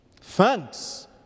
Thanks